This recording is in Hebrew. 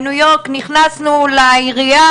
בניו יורק נכנסנו לעירייה,